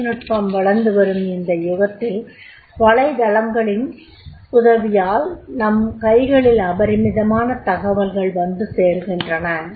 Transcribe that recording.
தொழில்நுட்பம் வளர்ந்து வரும் இந்த யுகத்தில் வலைதளங்களின் உதவியால் நம் கைகளில் அபரிமிதமான தகவல்கள் வந்து சேருகின்றன